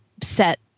set